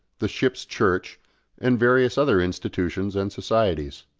the ship's church and various other institutions and societies.